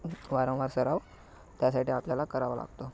वारंवार सराव त्यासाठी आपल्याला करावा लागतो